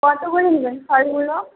কতো করে নিবেন ফলগুলো